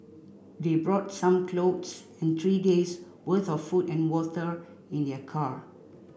they brought some clothes and three days' worth of food and water in their car